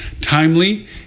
timely